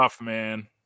man